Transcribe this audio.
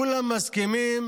כולם מסכימים